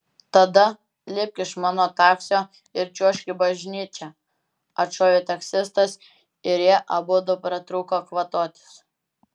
tada lipk iš mano taksio ir čiuožk į bažnyčią atšovė taksistas ir jie abudu pratrūko kvatotis